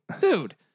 dude